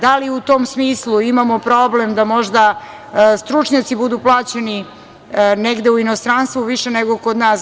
Da li u tom smislu imamo problem da možda stručnjaci budu plaćeni negde u inostranstvu više nego kod nas?